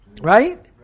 Right